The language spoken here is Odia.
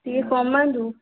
ଟିକିଏ କମାନ୍ତୁ